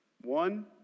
One